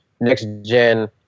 next-gen